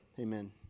amen